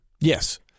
Yes